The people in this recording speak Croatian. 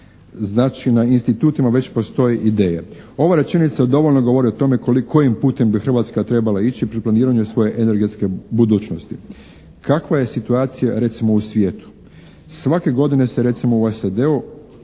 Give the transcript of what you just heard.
na institutima već postoji ideja. Ova rečenica dovoljno govori o tome kojim putem bi Hrvatska trebala ići pri planiranju svoje energetske budućnosti. Kakva je situacija recimo u svijetu? Svake godine se recimo